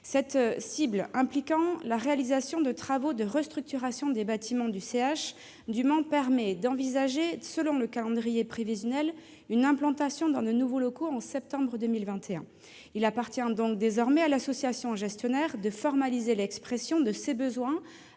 qui implique la réalisation de travaux de restructuration des bâtiments du centre hospitalier du Mans, permet d'envisager, selon le calendrier prévisionnel, une implantation dans de nouveaux locaux en septembre 2021. Il appartient désormais à l'association gestionnaire de formaliser l'expression de ses besoins